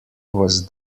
was